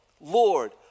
Lord